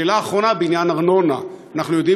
שאלה אחרונה בעניין ארנונה: אנחנו יודעים